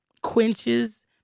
quenches